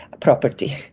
property